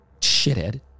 Shithead